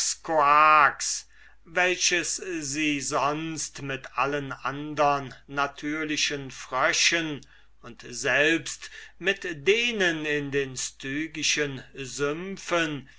welches sie sonst mit allen andern natürlichen fröschen und selbst mit denen in den stygischen sümpfen